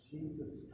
Jesus